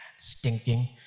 Stinking